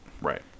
Right